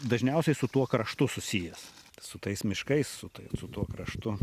dažniausiai su tuo kraštu susijęs su tais miškais su tai su tuo kraštu